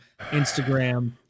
Instagram